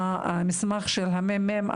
מהמסמך של הממ"מ,